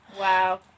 Wow